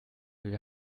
wir